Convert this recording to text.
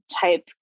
type